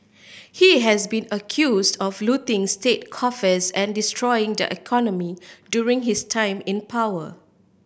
he has been accuse of looting state coffers and destroying the economy during his time in power